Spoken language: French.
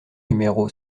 numéro